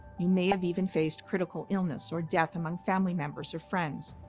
you may have even faced critical illness or death among family members or friends.